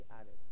added